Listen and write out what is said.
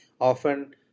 often